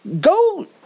Go